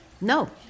No